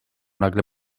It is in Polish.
nagle